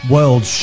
World